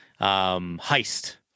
heist